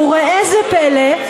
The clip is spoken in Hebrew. וראה זה פלא,